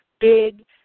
big